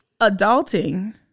Adulting